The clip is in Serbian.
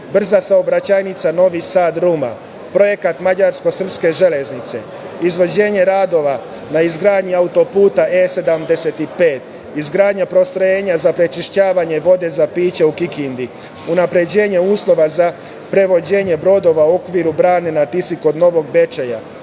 brza saobraćajnica Novi Sad – Ruma, projekat mađarsko-srpske železnice, izvođenje radova na izgradnji auto–puta E75, izgradnja postrojenja za prečišćavanje vode za piće u Kikindi, unapređenje uslova za prevođenje brodova u okviru brane na Tisi kod Novog Bečeja,